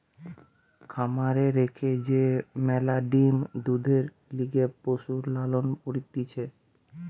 খামারে রেখে যে ম্যালা ডিম্, দুধের লিগে পশুর লালন করতিছে